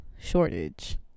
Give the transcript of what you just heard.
shortage